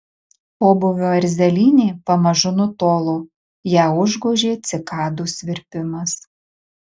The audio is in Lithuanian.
pobūvio erzelynė pamažu nutolo ją užgožė cikadų svirpimas